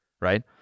right